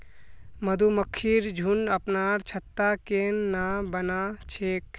मधुमक्खिर झुंड अपनार छत्ता केन न बना छेक